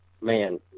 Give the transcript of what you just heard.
man